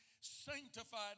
sanctified